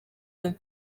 yombi